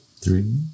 Three